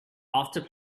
after